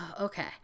okay